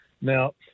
Now